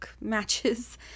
matches